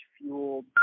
fueled